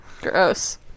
Gross